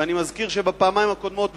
אני מזכיר שגם בפעמיים הקודמות,